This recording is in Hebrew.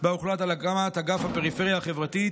שבה הוחלט על הקמת אגף הפריפריה החברתית